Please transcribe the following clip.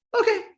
okay